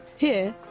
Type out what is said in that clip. here,